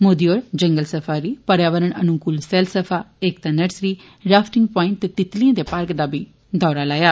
मोदी होरें जंगल सफारी पर्यावरण अनुकूल सैलसफा एकता नर्सरी राफ्टींग प्वाइंट ते तितलियें दे पार्क दा बी दौरा लाया